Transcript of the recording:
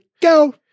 go